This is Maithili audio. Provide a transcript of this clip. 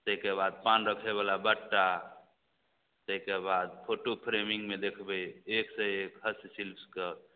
तैके बाद पान रखयवला बट्टा तैके बाद फोटो फ्रेमिंगमे देखबय एकसँ एक हस्तशिल्पके